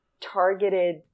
targeted